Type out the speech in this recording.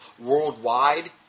worldwide